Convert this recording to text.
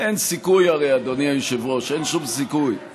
הרי אין סיכוי, אדוני היושב-ראש.